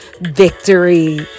victory